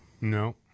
No